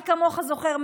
מי כמוך זוכר,